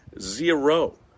Zero